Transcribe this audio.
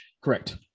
correct